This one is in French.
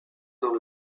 dans